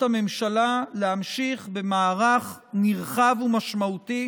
הממשלה להמשיך במערך נרחב ומשמעותי